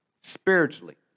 Spiritually